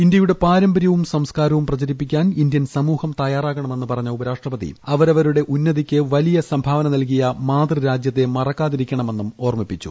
ഇന്ത്യയുടെ പാരമ്പര്യവും സംസ്കാരവും പ്രചരിപ്പിക്കാൻ ഇന്ത്യൻ സമൂഹം തയ്യാറാകണമെന്ന് പറഞ്ഞ ഉപരാഷ്ട്രപതി അവരവരുടെ ഉന്നതിക്ക് വലിയ സംഭാവന നൽകിയ മാതൃരാജ്യത്തെ മറക്കാതിരിക്കണമെന്നും ഓർമ്മിപ്പിച്ചു